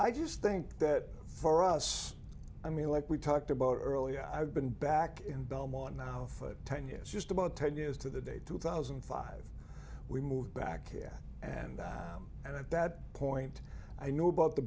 i just think that for us i mean like we talked about earlier i've been back in belmont now for ten years just about ten years to the day two thousand and five we moved back here and at that point i knew about the